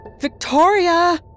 Victoria